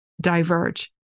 diverge